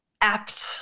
apt